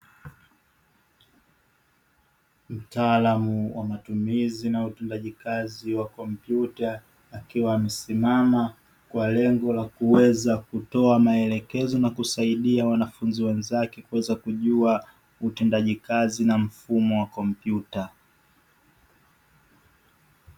Mtaalamu wa matumizi na utendaji kazi wa kompyuta akiwa amesimama, kwa lengo la kuweza kutoa maelekezo na kusaidia wanafunzi wenzake kuweza kujua utendaji kazi na mfumo wa kompyuta.